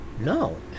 No